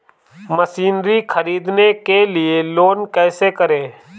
Machinery ख़रीदने के लिए लोन कैसे करें?